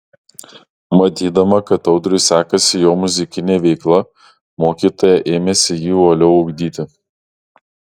matydama kad audriui sekasi jo muzikinė veikla mokytoja ėmėsi jį uoliau ugdyti